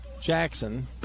Jackson